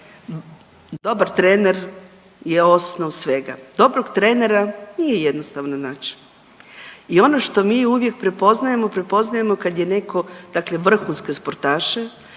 dobar trener je osnov svega, dobrog trenera nije jednostavno nać i ono što mi uvijek prepoznajemo prepoznajemo kad je neko dakle vrhunske sportaše